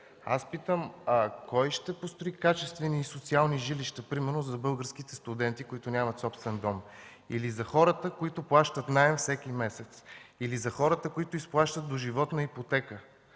жилища: кой ще построи качествени социални жилища примерно за българските студенти, които нямат собствен дом? Или за хората, които плащат наем всеки месец? Или за хората, които изплащат доживотна ипотека?